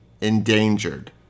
endangered